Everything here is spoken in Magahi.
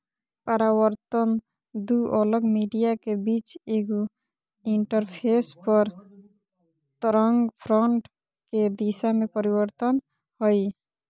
परावर्तन दू अलग मीडिया के बीच एगो इंटरफेस पर तरंगफ्रंट के दिशा में परिवर्तन हइ